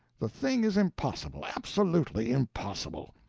the thing is impossible absolutely impossible.